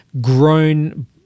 grown